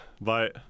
Bye